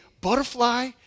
butterfly